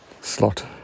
slot